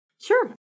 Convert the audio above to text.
Sure